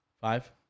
Five